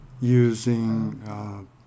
using